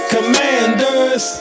Commanders